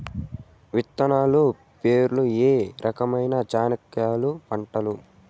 విత్తనాలు పేర్లు ఏ రకమైన చెనక్కాయలు పంటలు?